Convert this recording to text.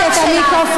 מה עם "חמאס"?